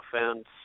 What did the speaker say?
offense